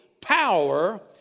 power